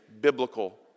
biblical